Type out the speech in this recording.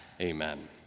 Amen